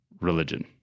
religion